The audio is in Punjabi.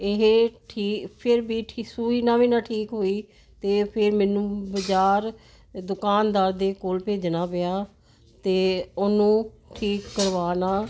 ਇਹ ਠੀ ਫਿਰ ਵੀ ਠੀਕ ਸੂਈ ਨਾ ਵੀ ਨਾ ਠੀਕ ਹੋਈ ਤੇ ਫਿਰ ਮੈਨੂੰ ਬਾਜ਼ਾਰ ਦੁਕਾਨਦਾਰ ਦੇ ਕੋਲ ਭੇਜਣਾ ਪਿਆ ਤੇ ਉਹਨੂੰ ਠੀਕ ਕਰਵਾਣਾ